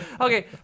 okay